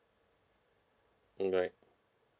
mm right